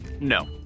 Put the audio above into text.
No